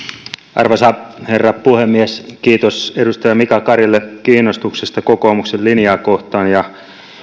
arvoisa herra puhemies kiitos edustaja mika karille kiinnostuksesta kokoomuksen linjaa kohtaan ja